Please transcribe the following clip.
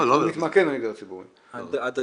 זה לא כלכלי לנו ואין לנו את ה --- לעשות את זה.